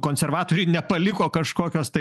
konservatoriai nepaliko kažkokios tai